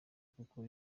kuko